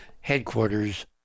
headquarters